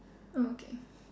oh okay